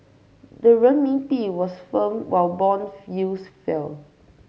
the Renminbi was firm while bond yields fell